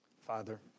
Father